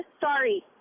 sorry